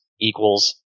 equals